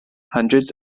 hundreds